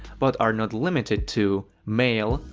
but are not limited to, mail,